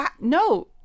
No